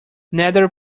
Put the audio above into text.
nether